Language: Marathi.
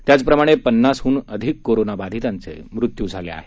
त्याचप्रमाणे पन्नासहन अधिक कोरोना बाधितांचा मृत्यू झाले आहे